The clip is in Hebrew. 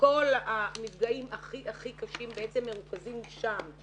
כל המפגעים הכי קשים מרוכזים שם.